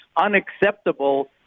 unacceptable